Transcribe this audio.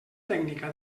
tècnica